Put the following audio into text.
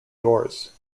doors